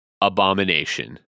Abomination